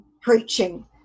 preaching